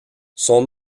son